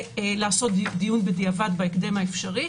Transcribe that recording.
לעשות דיון בדיעבד בהקדם האפשרי.